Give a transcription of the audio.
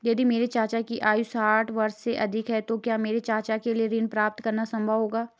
यदि मेरे चाचा की आयु साठ वर्ष से अधिक है तो क्या मेरे चाचा के लिए ऋण प्राप्त करना संभव होगा?